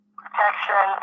protection